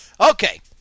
Okay